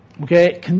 Okay